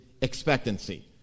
expectancy